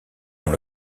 dans